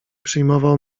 przyjmował